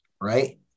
Right